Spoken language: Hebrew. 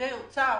לפקידי האוצר?